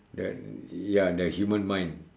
the ya the human mind